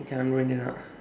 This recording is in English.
okay i'm